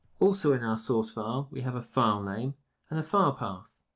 also in our source file, we have a file name and a file path.